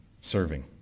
serving